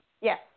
Yes